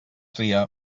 tria